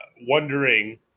wondering